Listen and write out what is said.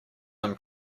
him